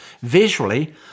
visually